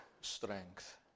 strength